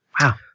Wow